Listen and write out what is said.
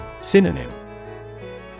Synonym